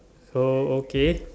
so okay